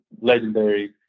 legendary